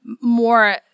more